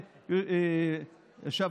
עכשיו,